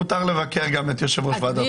מותר גם לבקר את יושב-ראש ועדת החוקה.